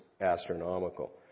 astronomical